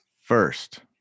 first